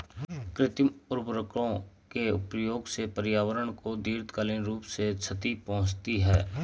कृत्रिम उर्वरकों के प्रयोग से पर्यावरण को दीर्घकालिक रूप से क्षति पहुंचती है